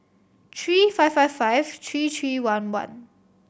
three five five five three three one one